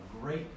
great